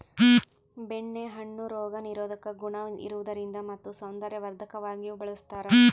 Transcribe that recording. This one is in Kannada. ಬೆಣ್ಣೆ ಹಣ್ಣು ರೋಗ ನಿರೋಧಕ ಗುಣ ಇರುವುದರಿಂದ ಮತ್ತು ಸೌಂದರ್ಯವರ್ಧಕವಾಗಿಯೂ ಬಳಸ್ತಾರ